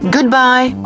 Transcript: Goodbye